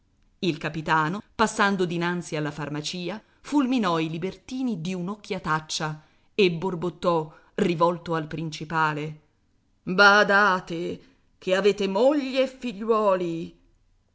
il capitano passando dinanzi alla farmacia fulminò i libertini di un'occhiataccia e borbottò rivolto al principale badate che avete moglie e figliuoli